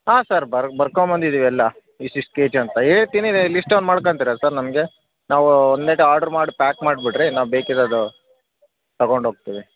ಹಾಂ ಸರ್ ಬರ್ಕೊಂಬದಿದೀವಿ ಎಲ್ಲ ಇಷ್ಟು ಇಷ್ಟು ಕೆ ಜಿ ಅಂತ ಹೇಳ್ತೀನಿ ಲಿಸ್ಟ್ ಡೌನ್ ಮಾಡ್ಕೊಂತೀರಾ ಸರ್ ನಮಗೆ ನಾವು ಆರ್ಡ್ರ್ ಮಾಡಿ ಪ್ಯಾಕ್ ಮಾಡಿ ಬಿಡ್ರಿ ನಮ್ಗೆ ಬೇಕಿರೋದು ತೊಗೊಂಡೋಗ್ತೀವಿ